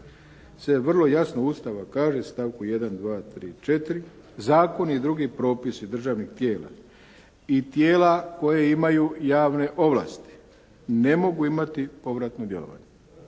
se vrlo jasno Ustava kaže, u stavku 1., 2., 3., 4. – zakoni i drugi propisi državnih tijela i tijela koja imaju javne ovlasti ne mogu imati povratno djelovanje.